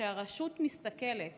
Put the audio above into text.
שכשהרשות מסתכלת